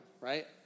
right